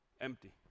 empty